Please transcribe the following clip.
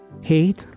hate